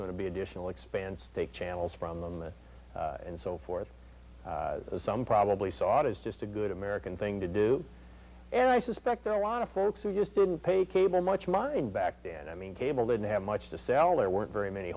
going to be additional expense take channels from them and so forth some probably saw it as just a good american thing to do and i suspect there are a lot of folks who just didn't pay cable much mind back then i mean cable didn't have much to sell there weren't very many